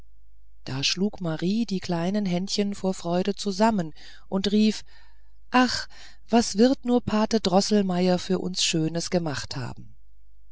da schlug marie die kleinen händchen vor freude zusammen und rief ach was wird nur pate droßelmeier für uns schönes gemacht haben